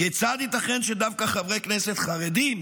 כיצד ייתכן שדווקא חברי כנסת חרדים